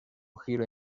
giro